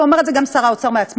ואומר את זה גם שר האוצר עצמו,